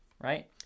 right